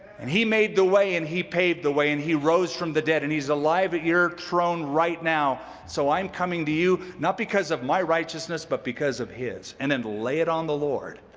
and he made the way, and he paid the way, and he rose from the dead, and he's alive at your throne right now, so i'm coming to you not because of my righteousness, but because of his. and then lay it on the lord.